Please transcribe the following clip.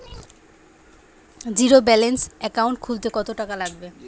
Zero balance account খুলতে কত টাকা লাগে?